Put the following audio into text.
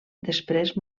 després